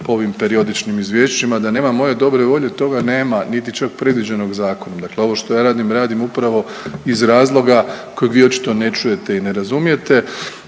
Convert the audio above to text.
po ovim periodičnim izvješćima. Da nema moje dobre volje toga nema, niti čak predviđenog zakona. Dakle, ovo što ja radim, radim upravo iz razloga kojeg vi očito ne čujete i ne razumijete.